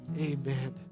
amen